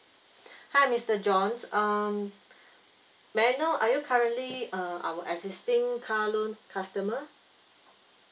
hi mister john uh may I know are you currently uh our existing car loan customer